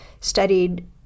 studied